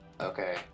Okay